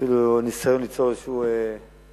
אפילו ניסיון ליצור איזו פרובוקציה